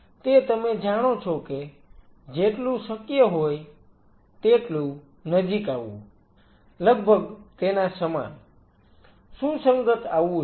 તે તમે જાણો છો કે જેટલું શક્ય હોય તેટલું નજીક આવવું લગભગ તેના સમાન સુસંગત આવવું છે